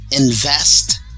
invest